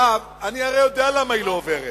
אני הרי יודע למה היא לא עוברת,